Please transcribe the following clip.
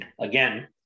again